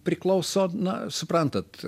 priklauso na suprantat